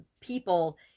people